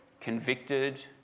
convicted